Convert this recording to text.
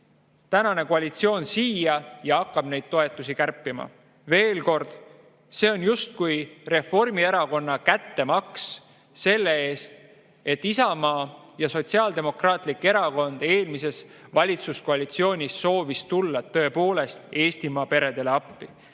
tänane koalitsioon tuleb siia ja hakkab neid toetusi kärpima. Veel kord: see on justkui Reformierakonna kättemaks selle eest, et Isamaa ja Sotsiaaldemokraatlik Erakond eelmises valitsuskoalitsioonis soovisid tulla tõepoolest Eestimaa peredele appi. Ja